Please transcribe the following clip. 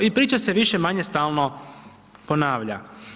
I priča se više-manje stalno ponavlja.